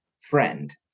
friend